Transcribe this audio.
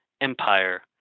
empire